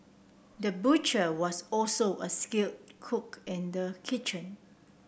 the butcher was also a skilled cook in the kitchen